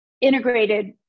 integrated